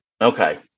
Okay